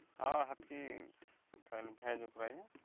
ହଁ ହେତ୍କି ଖାଲି ଭେଜ୍ ଉପ୍ରେ ଆଜ୍ଞା